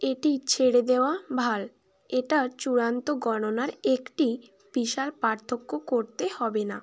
এটি ছেড়ে দেওয়া ভাল এটার চূড়ান্ত গণনায় একটি বিশাল পার্থক্য করতে হবে না